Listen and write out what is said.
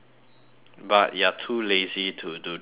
but you're too lazy to do dragon boat